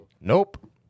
Nope